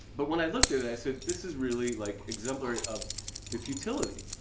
but when i looked at it, i said, this is really like exemplary of the futility.